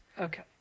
Okay